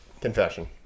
Confession